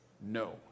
No